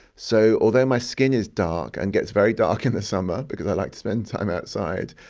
so although my skin is dark and gets very dark in the summer because i like to spend time outside,